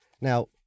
Now